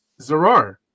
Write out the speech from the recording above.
zarar